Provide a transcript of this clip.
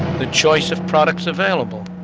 the choice of products available.